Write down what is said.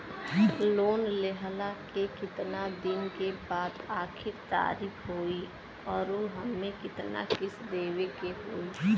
Loan लेहला के कितना दिन के बाद आखिर तारीख होई अउर एमे कितना किस्त देवे के होई?